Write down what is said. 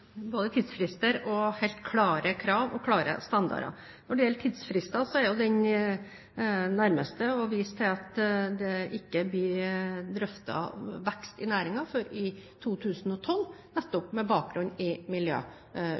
både tidsfrister og helt klare krav og klare standarder. Når det gjelder tidsfrister, er den nærmeste å vise til at det ikke blir drøftet vekst i næringen før i 2012, nettopp med bakgrunn i